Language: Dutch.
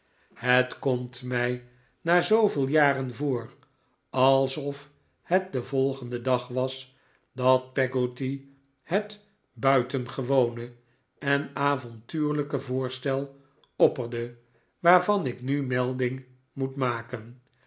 het komt mij na zooveel jaren voor alsof het den volgenden dag was dat peggotty het buitengewone en avontuurlijke voorstel opperde waarvan ik nu melding moet maken